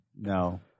no